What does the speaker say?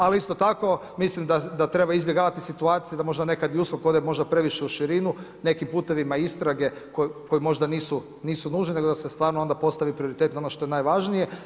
Ali isto tako, mislim da treba izbjegavati situacije da možda nekad i USKOK ode možda previše u širinu nekim putevima istrage koji možda nisu nužni, nego da se stvarno onda postavi prioritetno ono što je najvažnije.